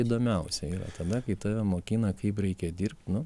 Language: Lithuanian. įdomiausia yra tada kai tave mokina kaip reikia dirbt nu